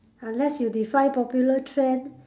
unless you define popular trend